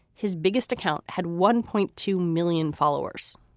his biggest account had one point two million followers.